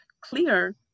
clear